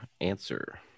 answer